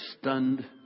stunned